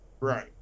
Right